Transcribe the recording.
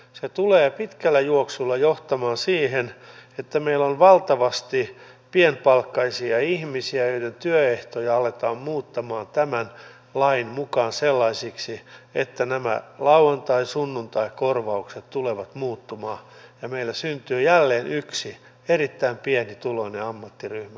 se tulee pitkällä juoksulla johtamaan siihen että meillä on valtavasti pienpalkkaisia ihmisiä joiden työehtoja aletaan muuttamaan tämän lain mukaan sellaisiksi että nämä lauantai sunnuntaikorvaukset tulevat muuttumaan ja meille syntyy jälleen yksi erittäin pienituloinen ammattiryhmä